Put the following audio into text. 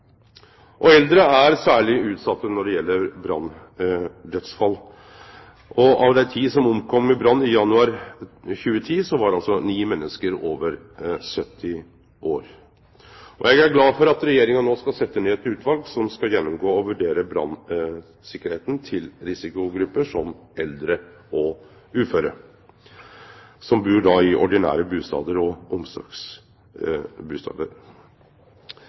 nemnde. Eldre er særleg utsette når det gjeld branndødsfall. Av dei ti som omkom i brann i januar 2010, var ni menneske over 70 år. Eg er glad for at Regjeringa no skal setje ned eit utval som skal gjennomgå og vurdere branntryggleiken til risikogrupper som eldre og uføre, som bur i ordinære bustader og i omsorgsbustader.